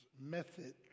method